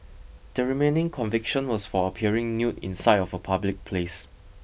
the remaining conviction was for appearing nude in sight of a public place